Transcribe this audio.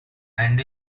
and